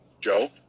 Joe